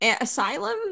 Asylum